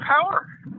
power